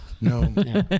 no